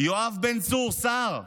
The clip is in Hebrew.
יואב בן צור, שר,